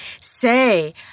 Say